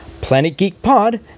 PlanetGeekPod